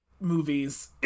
movies